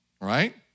Right